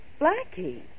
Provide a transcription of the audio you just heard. Blackie